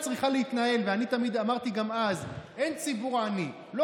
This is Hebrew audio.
כך צריך להתנהל, אתה לא